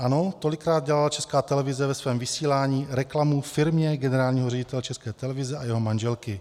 Ano, tolikrát dělala Česká televize ve svém vysílání reklamu firmě generálního ředitele České televize a jeho manželky.